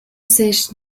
sèche